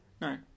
no